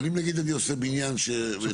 אבל אם נגיד אני עושה בניין הטרוגני,